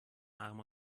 arm